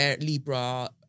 Libra